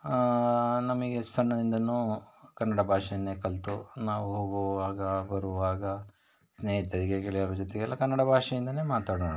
ನಮಗೆ ಸಣ್ಣದಿಂದನೂ ಕನ್ನಡ ಭಾಷೆಯನ್ನೆ ಕಲಿತು ನಾವು ಹೋಗುವಾಗ ಬರುವಾಗ ಸ್ನೇಹಿತರಿಗೆ ಗೆಳೆಯರ ಜೊತೆಗೆಲ್ಲ ಕನ್ನಡ ಭಾಷೆಯಿಂದನೇ ಮಾತನಾಡೋದು